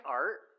art